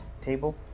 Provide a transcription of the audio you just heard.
table